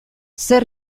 zer